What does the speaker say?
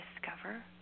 discover